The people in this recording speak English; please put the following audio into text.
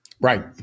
Right